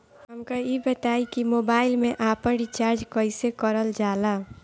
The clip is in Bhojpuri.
हमका ई बताई कि मोबाईल में आपन रिचार्ज कईसे करल जाला?